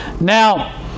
Now